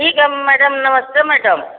ठीक है मैडम नमस्ते मैडम